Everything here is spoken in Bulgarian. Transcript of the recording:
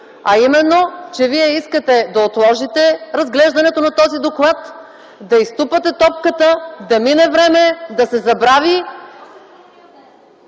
а именно, че вие искате да отложите разглеждането на този доклад, да изтупате топката, да мине време, да се забрави.